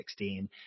2016